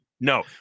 No